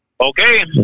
Okay